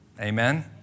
Amen